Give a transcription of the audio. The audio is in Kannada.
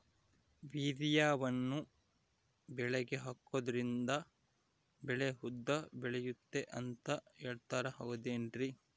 ಯೂರಿಯಾವನ್ನು ಬೆಳೆಗೆ ಹಾಕೋದ್ರಿಂದ ಬೆಳೆ ಉದ್ದ ಬೆಳೆಯುತ್ತೆ ಅಂತ ಹೇಳ್ತಾರ ಹೌದೇನ್ರಿ?